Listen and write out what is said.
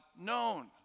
known